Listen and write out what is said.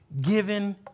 given